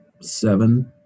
Seven